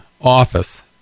office